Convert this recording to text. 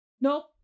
nope